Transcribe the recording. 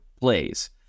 plays